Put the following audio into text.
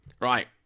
Right